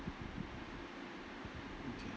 okay